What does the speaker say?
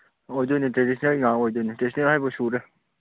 ꯑꯣꯏꯗꯣꯏꯅꯦ ꯇ꯭ꯔꯦꯗꯤꯁꯅꯦꯜ ꯉꯥꯛ ꯑꯣꯏꯗꯣꯏꯅꯦ ꯇ꯭ꯔꯦꯗꯤꯁꯅꯦꯜ ꯍꯥꯏꯕꯨ ꯁꯨꯔꯦ